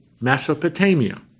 Mesopotamia